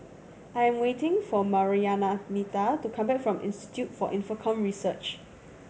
I am waiting for Marianita to come back from Institute for Infocomm Research